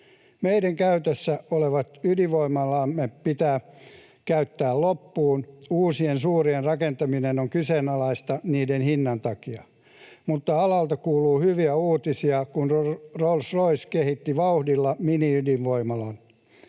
Meidän käytössä olevat ydinvoimalamme pitää käyttää loppuun. Uusien suurien rakentaminen on kyseenalaista niiden hinnan takia, mutta alalta kuuluu hyviä uutisia, kun Rolls-Royce kehitti vauhdilla miniydinvoimalan.